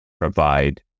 provide